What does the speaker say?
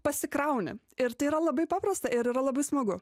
pasikrauni ir tai yra labai paprasta ir yra labai smagu